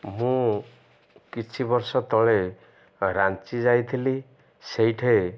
ମୁଁ କିଛି ବର୍ଷ ତଳେ ରାଞ୍ଚି ଯାଇଥିଲି ସେଇଠେ